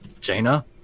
Jaina